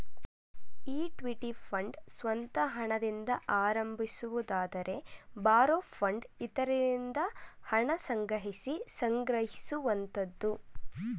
equity fund ಸ್ವಂತ ಹಣದಿಂದ ಆರಂಭಿಸುವುದಾದರೆ ಬಾರೋ ಫಂಡ್ ಇತರರಿಂದ ಹಣ ಸಂಗ್ರಹಿಸಿ ಸಂಗ್ರಹಿಸುವಂತದ್ದು